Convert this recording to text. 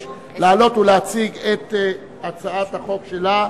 לעלות ולהציג את הצעת החוק שלה,